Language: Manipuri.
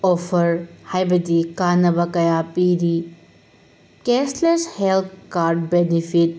ꯑꯣꯐꯔ ꯍꯥꯏꯕꯗꯤ ꯀꯥꯟꯅꯕ ꯀꯌꯥ ꯄꯤꯔꯤ ꯀꯦꯁꯂꯦꯁ ꯍꯦꯜꯠ ꯀꯥꯔꯗ ꯕꯦꯅꯤꯐꯤꯠ